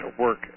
Work